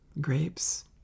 grapes